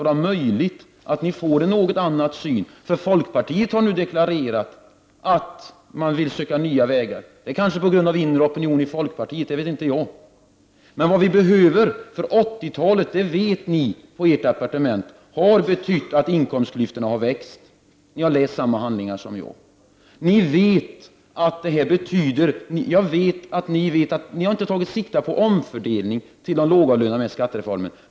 Jag hoppas att ni får en annan syn. Folkpartiet har nu deklarerat att man vill söka nya vägar — kanske på grund av en inre opinion i partiet. Vad som behövs för 90-talet vet ni på ert departement — ni har läst samma handlingar som jag. Inkomstklyftorna har växt, men ni har inte med skattereformen tagit sikte på en omfördelning till de lågavlönade.